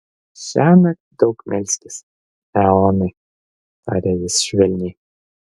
šiąnakt daug melskis eonai tarė jis švelniai